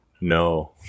no